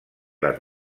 les